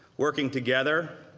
working together,